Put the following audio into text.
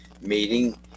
meeting